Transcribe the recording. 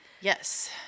Yes